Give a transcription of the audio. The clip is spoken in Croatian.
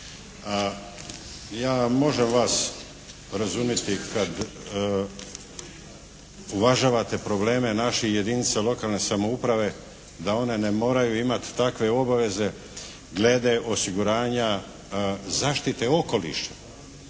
Ja možem vas razumjeti kad uvažavate probleme naših jedinica lokalne samouprave da one ne moraju imati takve obaveze glede osiguranja zaštite okoliša.